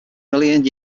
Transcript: million